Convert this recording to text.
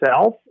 self